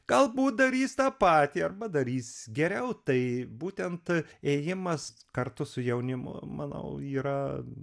galbūt darys tą patį arba darys geriau tai būtent ėjimas kartu su jaunimu manau yra